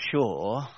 sure